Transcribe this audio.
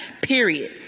period